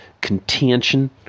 contention